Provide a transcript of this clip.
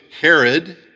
Herod